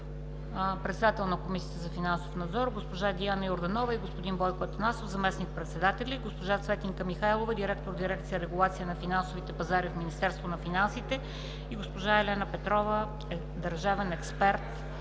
председател на Комисията за финансов надзор, госпожа Диана Йорданова, господин Бойко Атанасов – заместник-председатели, госпожа Цветинка Михайлова – директор на дирекция „Регулация на финансовите пазари“ в Министерството на финансите, госпожа Елена Петрова – държавен експерт